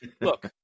Look